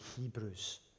Hebrews